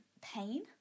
pain